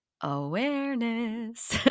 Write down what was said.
Awareness